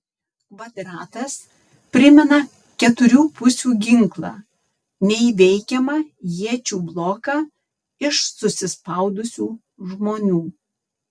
kvadratas primena keturių pusių ginklą neįveikiamą iečių bloką iš susispaudusių žmonių